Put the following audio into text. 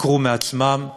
יקרו מעצמם,